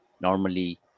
normally